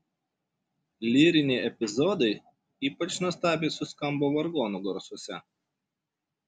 lyriniai epizodai ypač nuostabiai suskambo vargonų garsuose